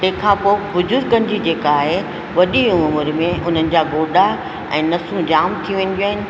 तंहिंखां पोइ बुज़ुर्गन जी जेका आहे वॾी उमिरि में उन्हनि जा गोॾा ऐं नसूं जाम थी वेंदियूं आहिनि